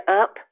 up